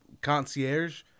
concierge